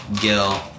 Gil